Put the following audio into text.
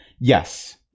Yes